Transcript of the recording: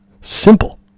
Simple